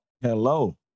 Hello